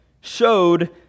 showed